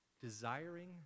desiring